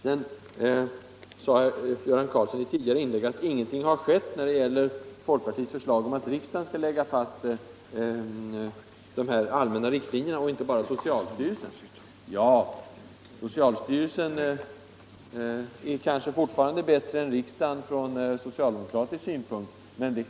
Herr Karlsson i Huskvarna sade i ett tidigare inlägg att ingenting hade skett, när det gäller folkpartiets förslag om att riksdagen och inte bara socialstyrelsen skulle fastlägga de allmänna riktlinjerna för hälsooch sjukvården. Ja, socialstyrelsen är kanske fortfarande bättre än riksdagen från socialdemokratisk synpunkt.